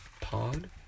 pod